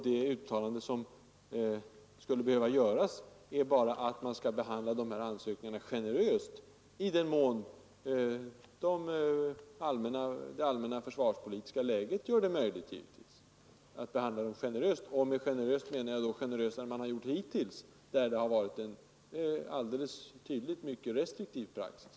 Det uttalande som skulle behöva göras är bara att sådana här ansökningar skall behandlas generöst, i den mån det allmänna försvarspolitiska läget gör det möjligt givetvis. Med generöst menar jag då generösare än man har gjort hittills. Man har hittills haft en mycket restriktiv praxis.